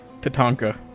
Tatanka